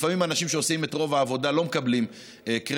לפעמים האנשים שעושים את רוב העבודה לא מקבלים קרדיט,